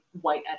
white